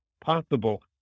possible